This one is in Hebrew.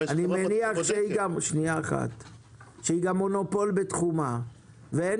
אני מניח שהיא גם מונופול בתחומה ואין